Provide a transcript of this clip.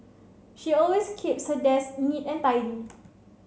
she always keeps her desk neat and tidy